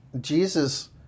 Jesus